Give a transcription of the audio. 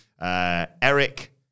Eric